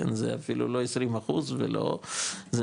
זה אפילו לא 20 אחוז ולא זה